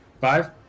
Five